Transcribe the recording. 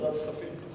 ועדת הכספים.